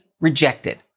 rejected